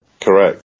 correct